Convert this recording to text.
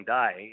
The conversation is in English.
day